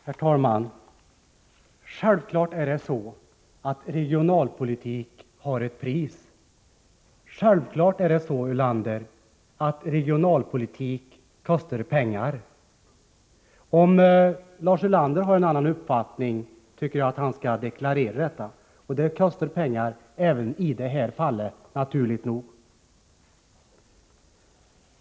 Herr talman! Självfallet är det så att regionalpolitik har ett pris. Självfallet är det så, Lars Ulander, att regionalpolitik kostar pengar. Om Lars Ulander har en annan uppfattning, tycker jag att han skall deklarera detta. Det kostar pengar även i det här fallet, naturligt nog.